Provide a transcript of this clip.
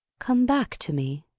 come back to me?